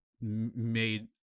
made